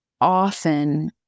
often